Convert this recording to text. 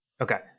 Okay